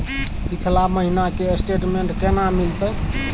पिछला महीना के स्टेटमेंट केना मिलते?